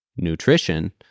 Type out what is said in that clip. nutrition